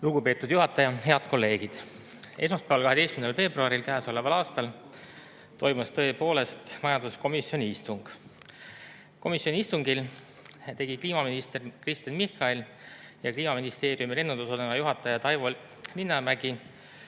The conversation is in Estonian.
Lugupeetud juhataja! Head kolleegid! Esmaspäeval, 12. veebruaril käesoleval aastal toimus tõepoolest majanduskomisjoni istung. Komisjoni istungil andsid kliimaminister Kristen Michal ja Kliimaministeeriumi lennundusosakonna juhataja Taivo Linnamägi